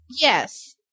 Yes